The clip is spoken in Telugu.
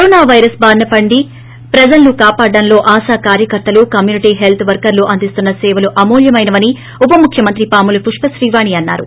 కరోనా వైరస్ టారి నుండి ప్రజలను కాపాడటంలో ఆశా కార్యకర్తలు కమ్యూనిటీ హెల్త్ వర్కర్లు అందిస్తున్న సేవలు అమూల్యమైనవని ఉపముఖ్యమంత్రి పాముల పుష్ప శ్రీవాణి చెప్పారు